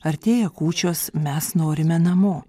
artėja kūčios mes norime namo